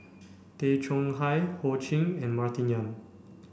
Tay Chong Hai Ho Ching and Martin Yan